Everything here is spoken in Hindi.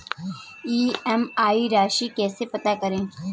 ई.एम.आई राशि कैसे पता करें?